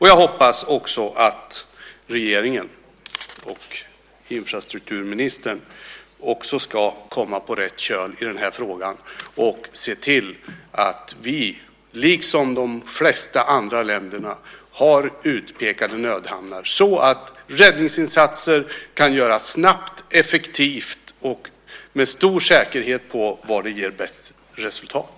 Jag hoppas att regeringen och infrastrukturministern också ska komma på rätt köl i den här frågan och se till att vi, liksom de flesta andra länder, har utpekade nödhamnar så att räddningsinsatser kan göras snabbt, effektivt och med stor säkerhet på var de ger bäst resultat.